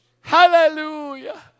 hallelujah